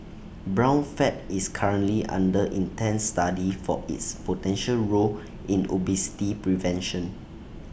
brown fat is currently under intense study for its potential role in obesity prevention